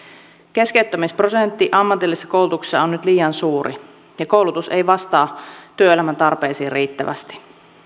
keskeyttämisprosentti ammatillisessa koulutuksessa on nyt liian suuri ja koulutus ei vastaa työelämän tarpeisiin riittävästi